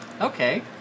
Okay